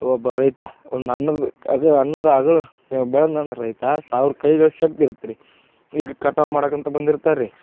ಒಬ್ಬ ರೈತ ಒಂದು ಅನ್ನದ ಅಗ ಅನ್ನದ ಅಗಳು ಬೆಳೆದ್ನಂದ್ರ್ ರೈತ ಸಾವಿರ ಕೈಗಳ ಶಕ್ತಿ ಇರುತ್ರಿ ಈಗ ಕಟಾವು ಮಾಡಕ್ಕಂತ ಬಂದಿರ್ತಾರ್ರಿ